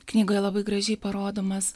knygoje labai gražiai parodomas